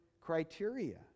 criteria